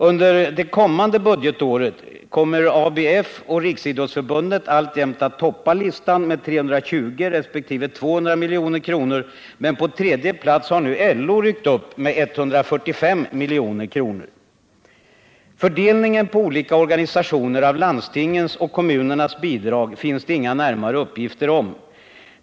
Under det kommande budgetåret kommer ABF och Riksidrottsförbundet alltjämt att toppa listan med 320 resp. 200 milj.kr., men på tredje plats har nu LO ryckt upp med 145 milj.kr. Fördelningen på olika organisationer av landstingens och kommunernas bidrag finns det inga närmare uppgifter om.